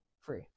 free